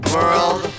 World